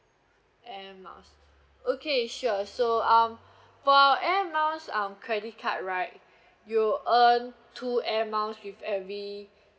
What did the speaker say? air miles okay sure so um for our air miles um credit card right you earn two air miles with every